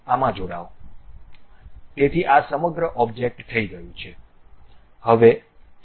તેથી આ સમગ્ર ઓબ્જેક્ટ થઈ ગયું છે